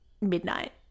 midnight